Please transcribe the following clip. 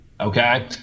okay